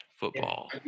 football